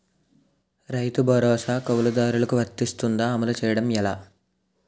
రైతు భరోసా కవులుదారులకు వర్తిస్తుందా? అమలు చేయడం ఎలా